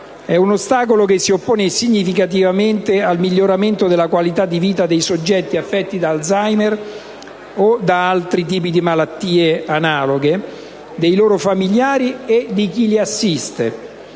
è un ostacolo che si oppone significativamente al miglioramento della qualità di vita dei soggetti affetti da Alzheimer o da altre tipi di malattie analoghe, dei loro familiari e di chi li assiste.